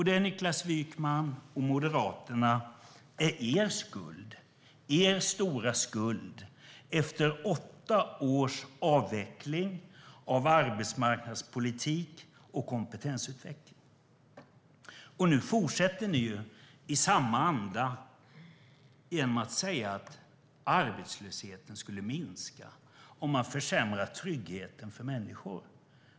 Det, Niklas Wykman och Moderaterna, är er stora skuld efter åtta års avveckling av arbetsmarknadspolitik och kompetensutveckling. Nu fortsätter ni i samma anda genom att säga att arbetslösheten skulle minska om man försämrar tryggheten för människor.